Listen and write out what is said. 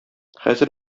хәзер